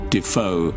Defoe